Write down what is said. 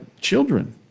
children